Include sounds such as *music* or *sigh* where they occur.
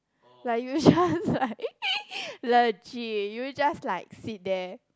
like you just *laughs* like legit you just like sit there